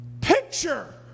picture